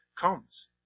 comes